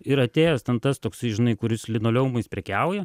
ir atėjęs ten tas toksai žinai kuris linoleumais prekiauja